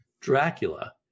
Dracula